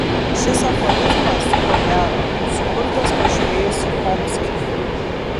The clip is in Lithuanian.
šis aforizmas ko gero sukurtas pažiūrėjus į chomskį